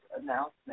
announcement